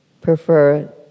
prefer